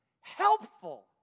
helpful